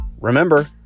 Remember